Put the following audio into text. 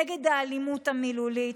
נגד האלימות המילולית,